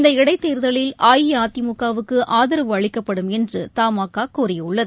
இந்த இடைத் தேர்தலில் அஇஅதிமுகவுக்கு ஆதரவு அளிக்கப்படும் என்று தமாகா கூறியுள்ளது